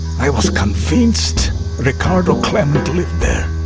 i was convinced ricardo klement lived there.